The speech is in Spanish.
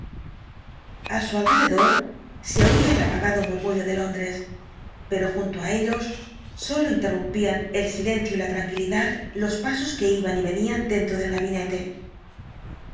a su alrededor se oía el apagado murmullo de londres pero junto á ellos sólo interrumpían el silencio y la tranquila ultima noche lidad los pasos que iban y venían dentro del gabinete